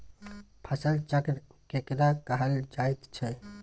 फसल चक्र केकरा कहल जायत छै?